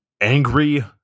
angry